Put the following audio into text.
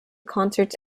concerts